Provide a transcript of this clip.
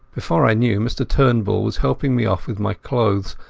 before i knew, mr turnbull was helping me off with my clothes,